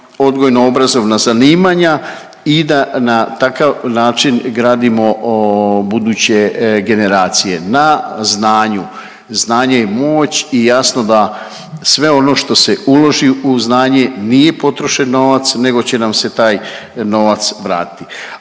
odgojno obrazovna zanimanja i da na takav način gradimo buduće generacije na znanju. Znanje je moć i jasno da sve ono što se uloži u znanje nije potrošen novac, nego će nam se taj novac vratiti